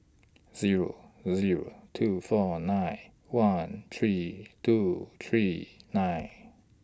Zero A Zero two four nine one three two three nine